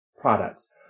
products